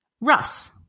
Russ